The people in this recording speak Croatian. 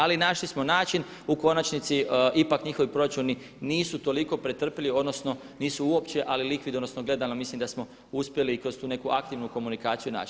Ali našli smo način u konačnici ipak njihovi proračuni nisu toliko pretrpjeli, odnosno nisu uopće ali likvid, odnosno gledano mislim da smo uspjeli i kroz tu neku aktivnu komunikaciju naći.